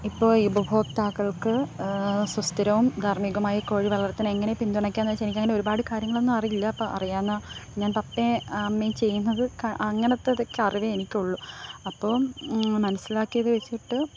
ഇപ്പോയി ഉപഭോക്താക്കള്ക്ക് സുസ്ഥിരവും ധാര്മികമായി കോഴി വളര്ത്താന് എങ്ങനെ പിന്തുണയ്ക്കുന്ന്വച്ച എനിക്കങ്ങനെ ഒരുപാട് കാര്യങ്ങളൊന്നും അറിയില്ല അപ്പോൾ അറിയാവുന്ന ഞാന് പപ്പേ അമ്മേം ചെയ്യുന്നത് അങ്ങനത്തതൊക്കെ അറിവേ എനിക്കുള്ളു അപ്പോം മനസ്സിലാക്കിയത് വെച്ചിട്ട്